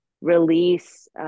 release